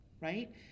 right